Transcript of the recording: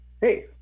Hey